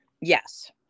Yes